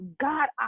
God